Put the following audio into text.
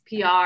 PR